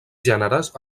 gèneres